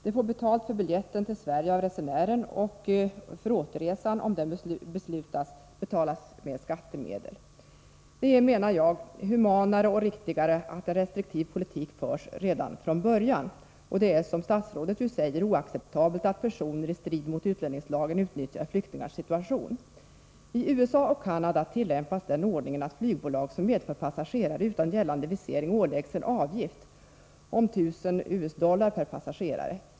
Det får betalt för biljetten till Sverige av resenären, och återresan — om den beslutas — betalas med skattemedel. Det är, menar jag, humanare och riktigare att en restriktiv politik förs redan från början. Det är också, som statsrådet säger, oacceptabelt att personer utnyttjar flyktingars situation i strid med utlänningslagen. I USA och Canada tillämpas den ordningen att flygbolag som medför passagerare utan gällande visering åläggs att betala en avgift om 1 000 US-dollar per passagerare.